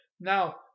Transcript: Now